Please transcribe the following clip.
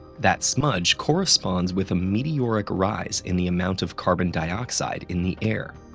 that smudge corresponds with a meteoric rise in the amount of carbon dioxide in the air,